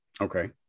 Okay